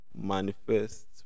manifest